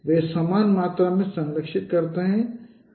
वे समान मात्रा में भी संरक्षित करते हैं